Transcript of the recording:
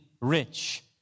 rich